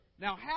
Now